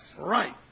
Right